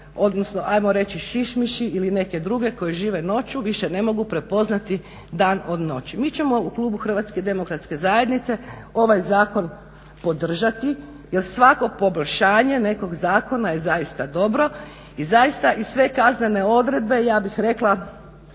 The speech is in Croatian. odnosno ajmo reći šišmiši ili neke druge koje žive noću više ne mogu prepoznati dan od noći. Mi ćemo u klubu HDZ-a ovaj zakon podržati jer svako poboljšanje nekog zakona je zaista dobro i zaista i sve kaznene odredbe ja bih rekla